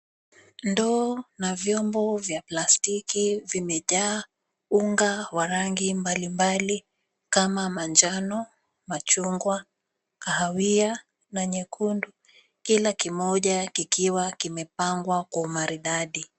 Ndoo na vyombo vya plastiki vimejaa unga wa rangi mbali mbali kama manjano, machungwa, kahawia na nyekundu. Kila kimoja kikiwa kimepangwa kwa umaridadi.